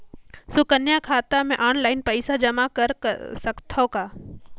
सुकन्या खाता मे ऑनलाइन पईसा जमा कर सकथव का?